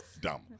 dumb